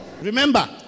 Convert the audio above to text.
remember